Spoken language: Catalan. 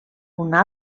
una